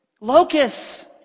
locusts